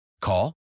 Call